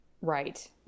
Right